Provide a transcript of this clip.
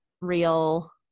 real